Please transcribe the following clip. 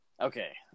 Okay